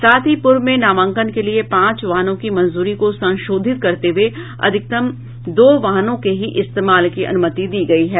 साथ ही पूर्व में नामांकन के लिये पांच वाहनों की मंजूरी को संशोधित करते हुये अधिकतम दो वाहनों के ही इस्तेमाल की अनुमति दी गई है